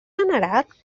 venerat